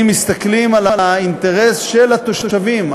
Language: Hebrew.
אם מסתכלים על האינטרס של התושבים,